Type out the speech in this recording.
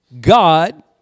God